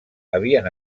havien